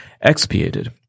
expiated